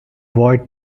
boy